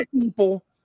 people